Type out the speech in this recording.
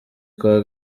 kuwa